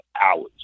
hours